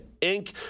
inc